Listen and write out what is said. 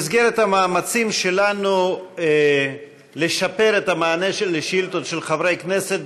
במסגרת המאמצים שלנו לשפר את המענה על השאילתות של חברי כנסת,